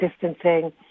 distancing